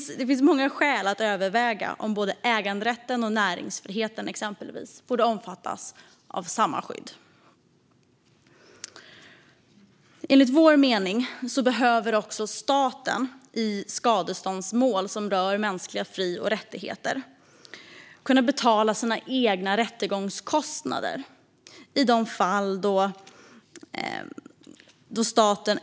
Det finns många skäl att överväga om exempelvis både äganderätten och näringsfriheten borde omfattas av samma skydd. Enligt vår mening borde också staten i skadeståndsmål som rör mänskliga fri och rättigheter kunna betala sina egna rättegångskostnader.